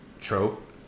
trope